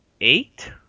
eight